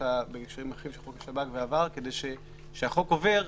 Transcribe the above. בהקשרים אחרים של חוק השב"כ כשהחוק עובר,